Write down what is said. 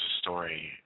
story